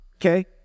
Okay